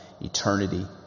eternity